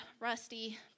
rusty